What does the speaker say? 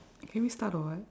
can we start or what